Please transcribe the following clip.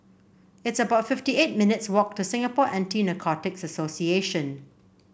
it's about fifty eight minutes' walk to Singapore Anti Narcotics Association